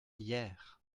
hyères